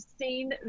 seen